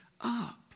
up